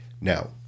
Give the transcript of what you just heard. Now